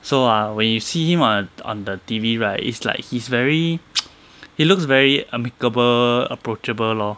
so ah when you see him on on the T_V right it's like he's very he looks very amicable approachable lor